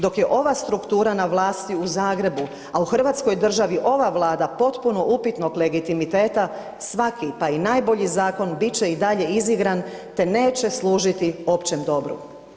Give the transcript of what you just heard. Dok je ova struktura na vlasti u Zagrebu, a u hrvatskoj državi ova vlada potpuno upitnog legitimiteta svaki, pa i najbolji zakon bit će i dalje izigran, te neće služiti općem dobru.